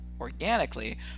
organically